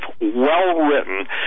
well-written